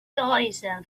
giza